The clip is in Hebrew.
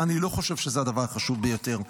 אני לא חושב שזה הדבר החשוב ביותר.